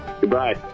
Goodbye